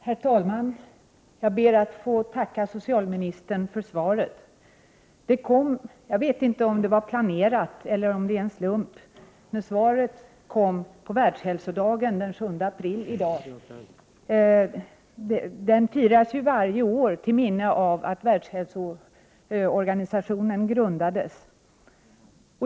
Herr talman! Jag ber att få tacka socialministern för svaret. Jag vet inte om det var planerat eller om det är en slump, men svaret kom på Världshälsodagen, den 7 april. Den firas varje år till minne av att Världshälsoorganisationen grundades.